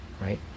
right